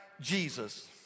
Jesus